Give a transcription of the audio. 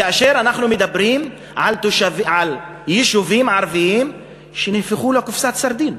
כאשר אנחנו מדברים על יישובים ערביים שנהפכו לקופסת סרדינים,